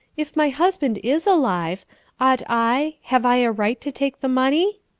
if my husband is alive, ought i, have i a right to take the money?